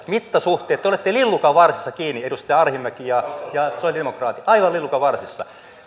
mittasuhteet te olette lillukanvarsissa kiinni edustaja arhinmäki ja ja sosiaalidemokraatit aivan lillukanvarsissa